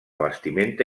vestimenta